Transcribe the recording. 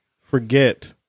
forget